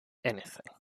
anything